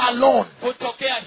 alone